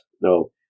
no